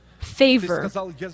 Favor